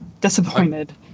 disappointed